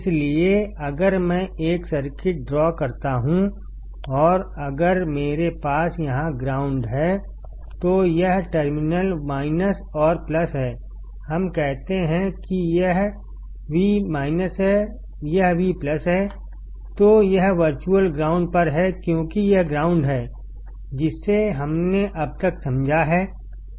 इसलिए अगर मैं एक सर्किट ड्रा करता हूं और अगर मेरे पास यहां ग्राउंड है तो यह टर्मिनल माइनस और प्लस है हम कहते हैं कि यह V है यह V है तो यह वर्चुअल ग्राउंड पर है क्योंकि यह ग्राउंड है जिसे हमने अब तक समझा है